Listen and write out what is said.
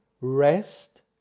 rest